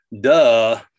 duh